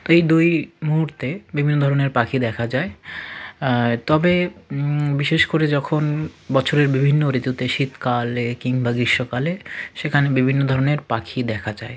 তো এই দুই মুহূর্তে বিভিন্ন ধরনের পাখি দেখা যায় তবে বিশেষ করে যখন বছরের বিভিন্ন ঋতুতে শীতকালে কিংবা গ্রীষ্মকালে সেখানে বিভিন্ন ধরনের পাখি দেখা যায়